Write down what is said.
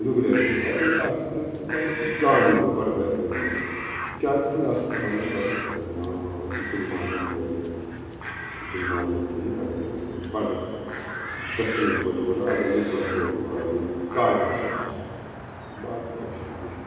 regulators اگرَے تَتھ تہِ تہٕ کٔرِرِ تہٕ جانے گوٚو بَڈٕ بہتریٖن گوٚو کیٛاز کہِ یہِ ہَسا چھُ بَنان بَڈٕ خطرناک یہِ چھُ نہٕ مانان اورٕ یورٕ کیٚنٛہہ یہِ چھُ نہٕ مانان کِہیٖنٛۍ اگر نٔے اَتھٮ۪ن بَڈٕ بہتریٖن پٲٹھۍ روزان اگر نے بَڈٕ روزو کا یہِ کاڑٮ۪و سان تہٕ باقٕے کیٛاہ چھُ بِہتو